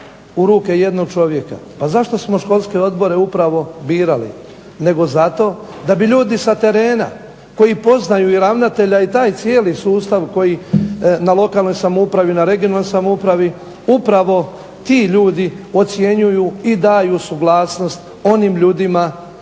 u ruke jednog čovjeka, zašto smo školske odbora upravo birali, zato da bi ljudi sa terena, koji poznaju i ravnatelja i taj cijeli sustav koji na lokalnoj samoupravi, regionalnoj samoupravi upravo ti ljudi ocjenjuju i daju suglasnost onim ljudima, kapitalnim